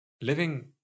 living